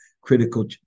critical